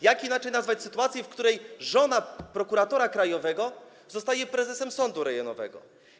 Jak inaczej nazwać sytuację, w której żona prokuratora krajowego zostaje prezesem sądu rejonowego?